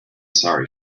sorry